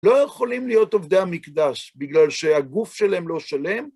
לא יכולים להיות עובדי המקדש, בגלל שהגוף שלהם לא שלם.